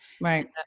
Right